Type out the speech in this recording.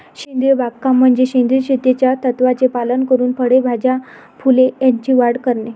सेंद्रिय बागकाम म्हणजे सेंद्रिय शेतीच्या तत्त्वांचे पालन करून फळे, भाज्या, फुले यांची वाढ करणे